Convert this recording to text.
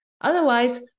Otherwise